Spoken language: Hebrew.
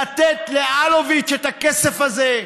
לתת לאלוביץ' את הכסף הזה,